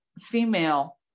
female